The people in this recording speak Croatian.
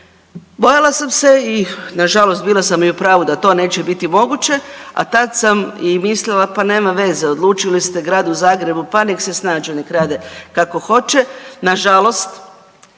Bojala sam se i nažalost bila sam i u pravu da to neće biti moguće, a tad sam i mislila pa nema veze odlučili ste u Gradu Zagrebu pa nek se snađu, nek rade kako hoće. Nažalost,